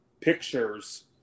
pictures